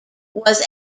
was